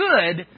good